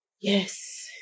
Yes